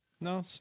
No